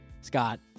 Scott